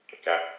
Okay